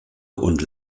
und